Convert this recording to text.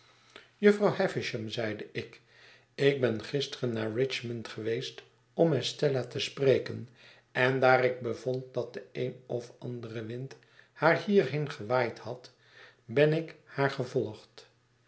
jufvrouw havisham zeide ik ik ben gisteren naar richmond geweest om estella te spreken en daar ik bevond dat de een of andere wind haar hierheen gewaaid had ben ik haar gevolgd